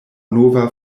nova